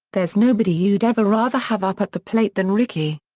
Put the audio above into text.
there's nobody you'd ever rather have up at the plate than rickey.